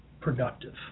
productive